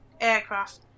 aircraft